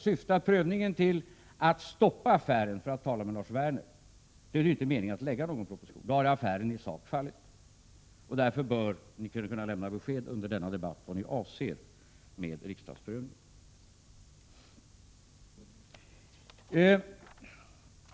Syftar prövningen till att stoppa affären, för att tala med Lars Werner, är det ingen mening med att lägga fram någon proposition, då affären därmed i sak har fallit. Därför bör ni kunna lämna besked under denna debatt om vad ni avser med en riksdagsprövning.